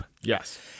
Yes